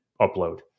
upload